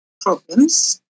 problems